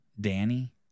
Danny